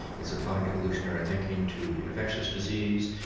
it's applying evolutionary thinking to infectious disease,